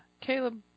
Caleb